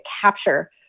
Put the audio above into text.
capture